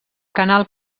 canal